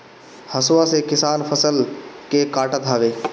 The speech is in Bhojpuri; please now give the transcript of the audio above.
हसुआ से किसान फसल के काटत हवे